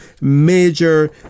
major